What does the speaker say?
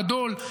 גדול.